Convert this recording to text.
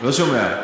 לא שומע.